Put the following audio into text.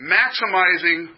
maximizing